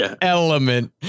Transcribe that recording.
element